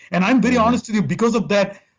and i'm very honest with you because of that,